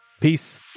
Peace